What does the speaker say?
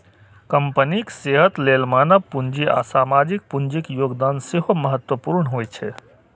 कंपनीक सेहत लेल मानव पूंजी आ सामाजिक पूंजीक योगदान सेहो महत्वपूर्ण होइ छै